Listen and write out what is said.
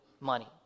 money